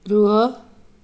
ରୁହ